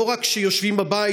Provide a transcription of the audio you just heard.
לא רק שיושבים בבית,